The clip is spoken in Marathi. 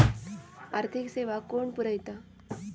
आर्थिक सेवा कोण पुरयता?